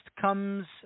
comes